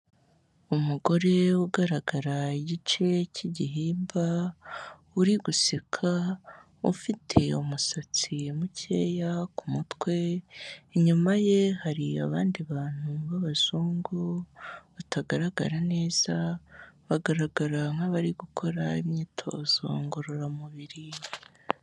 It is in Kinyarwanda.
Umugore ugaragara igice cy'igihimba, uri guseka, ufite umusatsi mukeya ku mutwe, inyuma ye hari abandi bantu b'abazungu, batagaragara neza, bagaragara nk'abari gukora imyitozo ngororamubiri.